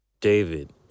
david